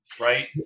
right